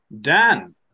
Dan